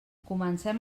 comencem